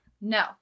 No